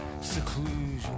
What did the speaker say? seclusion